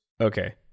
Okay